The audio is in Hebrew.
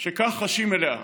לכזאת שכך חשות אליה,